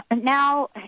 Now